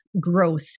growth